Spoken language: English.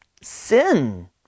sin